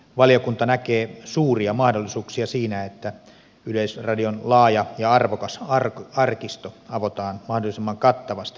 valiokunta näkee suuria mahdollisuuksia siinä että yleisradion laaja ja arvokas arkisto avataan mahdollisimman kattavasti yleisön käyttöön